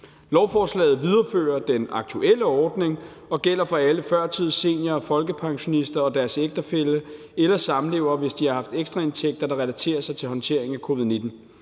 Lovforslaget viderefører den aktuelle ordning og gælder for alle førtids-, senior- og folkepensionister og deres ægtefælle eller samlever, hvis de har haft ekstra indtægter, der relaterer sig til håndteringen af covid-19.